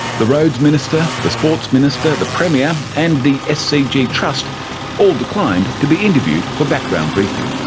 the roads minister, the sports minister, the premier and the ah scg trust all declined to be interviewed for background briefing.